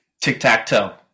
tic-tac-toe